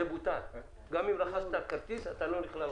זה בוטל - גם אם רכשת כרטיס, אתה לא חריג.